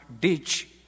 ditch